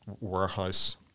warehouse